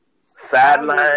Sideline